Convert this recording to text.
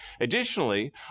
Additionally